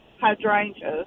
hydrangeas